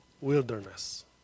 wilderness